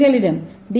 எங்களிடம் டி